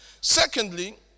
Secondly